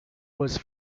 was